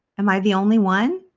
am i the only one?